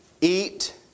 eat